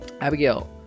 Abigail